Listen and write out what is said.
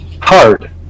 hard